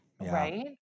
Right